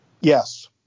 Yes